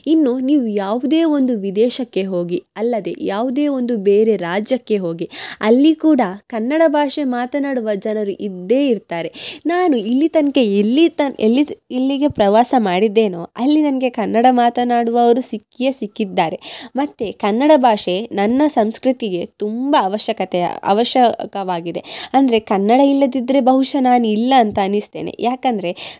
ಇನ್ನು ನೀವು ಯಾವುದೇ ಒಂದು ವಿದೇಶಕ್ಕೆ ಹೋಗಿ ಅಲ್ಲದೆ ಯಾವುದೇ ಒಂದು ಬೇರೆ ರಾಜ್ಯಕ್ಕೆ ಹೋಗಿ ಅಲ್ಲಿ ಕೂಡ ಕನ್ನಡ ಭಾಷೆ ಮಾತನಾಡುವ ಜನರು ಇದ್ದೇ ಇರ್ತಾರೆ ನಾನು ಇಲ್ಲಿ ತನಕ ಎಲ್ಲಿ ತ ಎಲ್ಲಿ ಇಲ್ಲಿಗೆ ಪ್ರವಾಸ ಮಾಡಿದ್ದೇನೋ ಅಲ್ಲಿ ನನಗೆ ಕನ್ನಡ ಮಾತನಾಡುವವರು ಸಿಕ್ಕಿಯೆ ಸಿಕ್ಕಿದ್ದಾರೆ ಮತ್ತು ಕನ್ನಡ ಭಾಷೆ ನನ್ನ ಸಂಸ್ಕೃತಿಗೆ ತುಂಬ ಅವಶ್ಯಕತೆ ಅವಶ್ಯಕವಾಗಿದೆ ಅಂದರೆ ಕನ್ನಡ ಇಲ್ಲದಿದ್ರೆ ಬಹುಶಃ ನಾನು ಇಲ್ಲ ಅಂತ ಅನಿಸ್ತೇನೆ ಯಾಕಂದರೆ